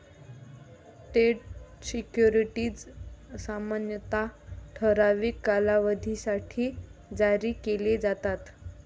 date securities सामान्यतः ठराविक कालावधीसाठी जारी केले जातात